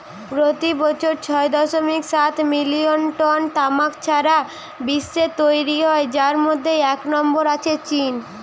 পোতি বছর ছয় দশমিক সাত মিলিয়ন টন তামাক সারা বিশ্বে তৈরি হয় যার মধ্যে এক নম্বরে আছে চীন